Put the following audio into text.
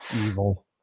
evil